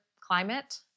climate